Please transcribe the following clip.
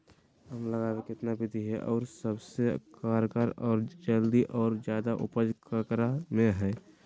आम लगावे कितना विधि है, और सबसे कारगर और जल्दी और ज्यादा उपज ककरा में है?